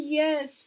yes